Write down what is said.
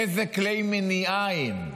איזה כלי מניעה הם?